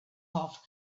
off